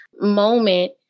moment